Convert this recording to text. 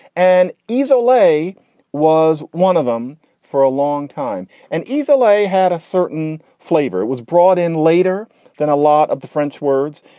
and easy play was one of them for a long time and easily had a certain flavor. it was brought in later than a lot of the french words.